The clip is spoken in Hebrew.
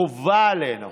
חובה עלינו